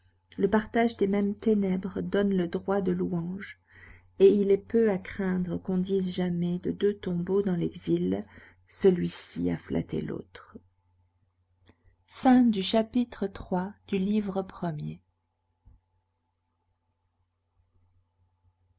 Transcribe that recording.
le partage des mêmes ténèbres donne le droit de louange et il est peu à craindre qu'on dise jamais de deux tombeaux dans l'exil celui-ci a flatté l'autre chapitre iv